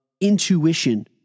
intuition